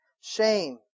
shame